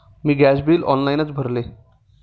मी gas bill ऑनलाइनच भरले